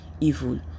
evil